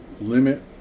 limit